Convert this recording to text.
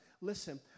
Listen